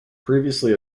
previously